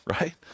right